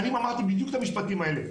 שנים אמרתי בדיוק את המשפטים האלה.